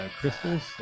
crystals